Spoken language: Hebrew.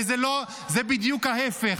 זה בדיוק ההפך.